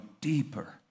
deeper